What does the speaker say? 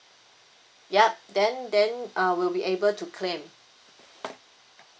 yup then then uh we'll be able to claim